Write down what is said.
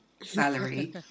salary